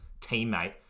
teammate